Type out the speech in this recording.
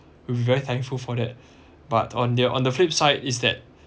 will be very thankful for that but on their on the flip side is that